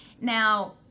Now